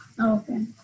Okay